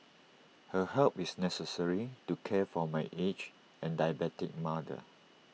her help is necessary to care for my aged and diabetic mother